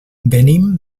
venim